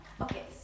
Okay